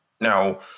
Now